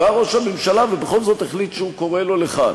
בא ראש הממשלה ובכל זאת החליט שהוא קורא לו לכאן.